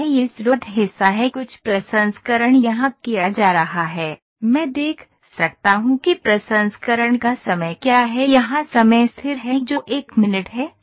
यह स्रोत हिस्सा है कुछ प्रसंस्करण यहां किया जा रहा है मैं देख सकता हूं कि प्रसंस्करण का समय क्या है यहाँ समय स्थिर है जो 1 मिनट है